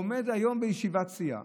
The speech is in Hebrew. והוא עומד היום בישיבת סיעה